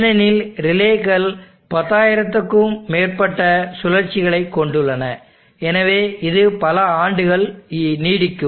ஏனெனில் ரிலேக்கள் 10000 க்கும் மேற்பட்ட சுழற்சிகளைக் கொண்டுள்ளன எனவே இது பல ஆண்டுகள் நீடிக்கும்